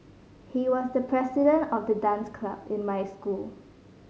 he was the president of the dance club in my school